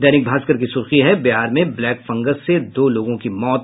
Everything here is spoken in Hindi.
दैनिक भास्कर की सुर्खी है बिहार में ब्लैक फंगस से दो लोगों की मौत